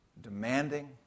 Demanding